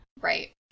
Right